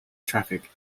traffic